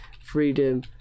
Freedom